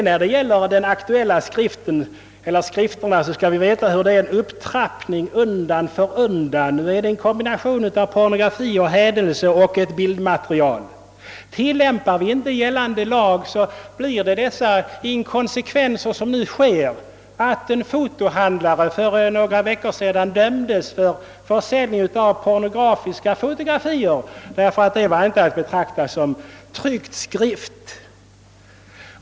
När det gäller de aktuella skrifterna har det blivit en upptrappning undan för undan. Vi har nu en kombination av pornografi, hädelse och bildmateriel. Om vi inte tillämpar gällande lag, uppstår de inkonsekvenser vi nu bevittnar, nämligen att en fotohandlare för några veckor sedan dömdes för försäljning av pornografiska fotografier därför att dessa inte var att betrakta som tryckt skrift.